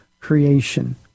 creation